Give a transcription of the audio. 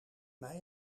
mij